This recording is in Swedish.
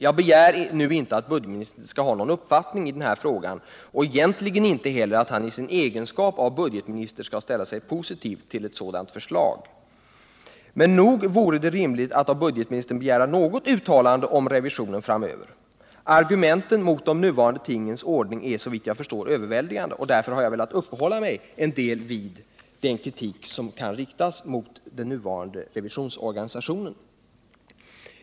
Jag begär nu inte att budgetininistern skall ha någon uppfattning i denna fråga och egentligen inte heller att har: i sin egenskap av budgetminister skall ställa sig positiv till ett sådant förslag. Men nog är det rimligt att av budgetministern begära något uttalande om revisionen framöver. Argumenten mot den nuvarande tingens ordning är, såvitt jag förstår, överväldigande och därför har jag velat uppehålla mig en del vid den kritik som kan riktas mot den nuvarande revisionsorganisationen.